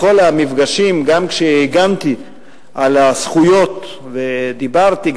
בכל המפגשים הגנתי על הזכויות ודיברתי,